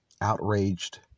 outraged